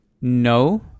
no